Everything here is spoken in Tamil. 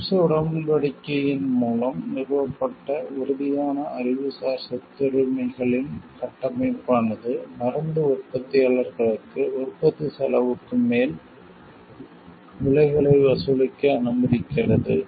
TRIPS உடன்படிக்கையின் மூலம் நிறுவப்பட்ட உறுதியான அறிவுசார் சொத்துரிமைகளின் கட்டமைப்பானது மருந்து உற்பத்தியாளர்களுக்கு உற்பத்திச் செலவுக்கு மேல் விலைகளை வசூலிக்க அனுமதிக்கிறது